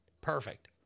perfect